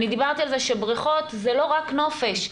דיברתי על זה שבריכות זה לא רק נופש,